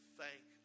thank